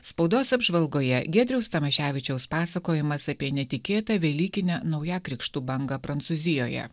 spaudos apžvalgoje giedriaus tamoševičiaus pasakojimas apie netikėtą velykinę naujakrikštų bangą prancūzijoje